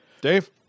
Dave